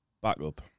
backup